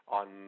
on